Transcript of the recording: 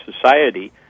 society